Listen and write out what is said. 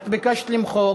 את ביקשת למחוק.